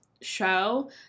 show